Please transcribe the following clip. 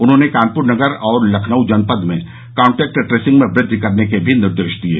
उन्होंने कानपुर नगर और लखनऊ जनपद में कांटेक्ट ट्रेसिंग में वृद्धि करने के भी निर्देश दिये